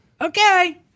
Okay